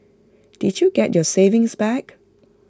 did you get your savings back